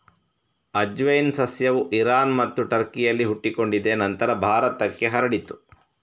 ಅಜ್ವೈನ್ ಸಸ್ಯವು ಇರಾನ್ ಮತ್ತು ಟರ್ಕಿನಲ್ಲಿ ಹುಟ್ಟಿಕೊಂಡಿದೆ ನಂತರ ಭಾರತಕ್ಕೆ ಹರಡಿತು